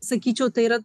sakyčiau tai yra